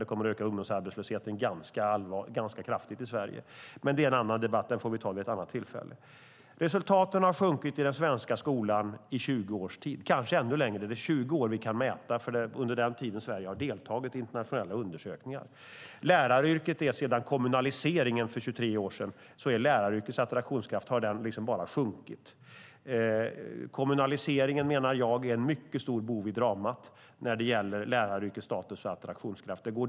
Det kommer att öka ungdomsarbetslösheten ganska kraftigt i Sverige. Men det är en annan debatt. Den får vi ta vid ett annat tillfälle. Resultaten har sjunkit i den svenska skolan i 20 års tid, kanske ännu längre. Det är 20 år vi kan mäta, för det är under den tiden Sverige har deltagit i internationella undersökningar. Läraryrkets attraktionskraft har sedan kommunaliseringen för 23 år sedan bara sjunkit. Kommunaliseringen menar jag är en mycket stor bov i dramat när det gäller läraryrkets status och attraktionskraft.